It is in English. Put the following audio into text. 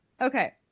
Okay